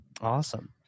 awesome